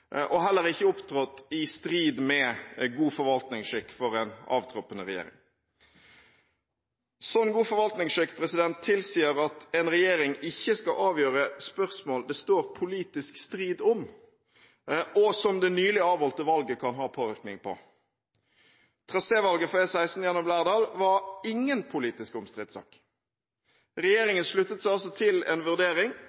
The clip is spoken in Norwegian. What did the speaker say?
og heller ikke opptrådt i strid med god forvaltningsskikk for en avtroppende regjering. God forvaltningsskikk tilsier at en regjering ikke skal avgjøre spørsmål det står politisk strid om, og som det nylig avholdte valget kan ha påvirkning på. Trasévalget for E16 gjennom Lærdal var ingen politisk